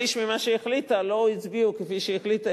שליש ממה שהיא החליטה לא הצביעו כפי שהחליטה,